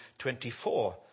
24